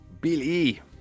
Billy